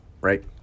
right